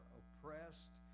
oppressed